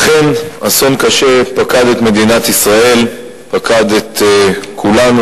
אכן אסון קשה פקד את מדינת ישראל, פקד את כולנו.